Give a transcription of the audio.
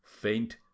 faint